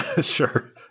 Sure